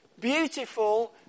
beautiful